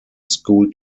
school